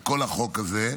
בכל החוק הזה.